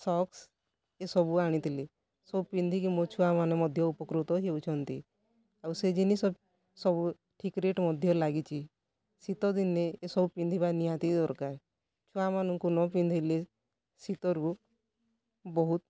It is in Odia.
ସକ୍ସ ଏସବୁ ଆଣିଥିଲି ସବୁ ପିନ୍ଧିକି ମୋ ଛୁଆମାନେ ମଧ୍ୟ ଉପକୃତ ହେଉଛନ୍ତି ଆଉ ସେ ଜିନିଷ ସବୁ ଠିକ୍ ରେଟ୍ ମଧ୍ୟ ଲାଗିଛି ଶୀତଦିନେ ଏସବୁ ପିନ୍ଧିବା ନିହାତି ଦରକାର ଛୁଆମାନଙ୍କୁ ନପିନ୍ଧେଇଲେ ଶୀତରୁ ବହୁତ